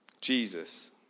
Jesus